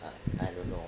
but I don't know